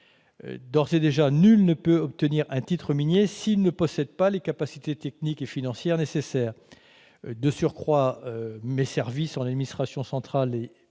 d'ores et déjà que nul ne peut obtenir un titre minier s'il ne possède pas les capacités techniques et financières nécessaires. De surcroît, mes services, au sein de l'administration centrale et en régions,